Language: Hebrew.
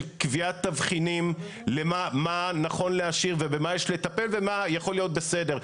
של קביעת תבחינים מה נכון להשאיר ובמה יש לטפל ומה יכול להיות בסדר.